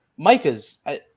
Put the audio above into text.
Micahs